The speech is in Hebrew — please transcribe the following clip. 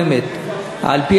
התשע"ג 2013. על הצעה זאת חתומים,